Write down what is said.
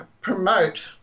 promote